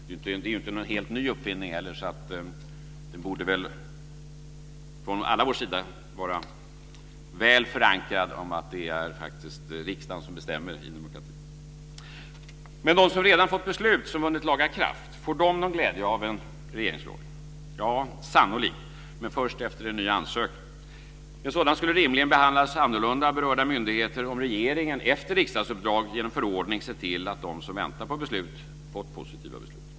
Det är inte heller någon helt ny uppfinning, så det borde vara väl förankrat från allas sida att det faktiskt är riksdagen som bestämmer i en demokrati. Men de som redan fått beslut som vunnit laga kraft, får de någon glädje av en regeringsförordning? Ja, sannolikt, men först efter en ny ansökan. En sådan skulle rimligen behandlas annorlunda av berörda myndigheter om regeringen efter riksdagsuppdrag genom förordning ser till att de som väntar på beslut fått positiva beslut.